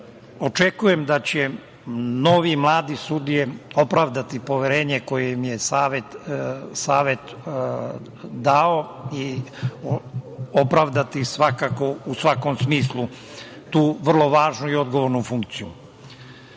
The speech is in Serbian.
sudova. Očekujem da će nove mlade sudije opravdati poverenje koje im je Savet dao i opravdati svakako i u svakom smislu tu vrlo važnu i odgovornu funkciju. Ovde